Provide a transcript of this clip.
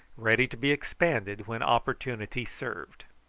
ready to be expanded when opportunity served.